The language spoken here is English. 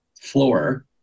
floor